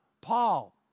Paul